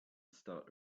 start